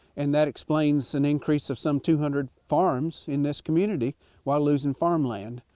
and that explains an increase of some two hundred farms in this community while losing farmland.